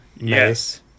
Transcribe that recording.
yes